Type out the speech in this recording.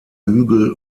hügel